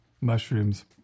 mushrooms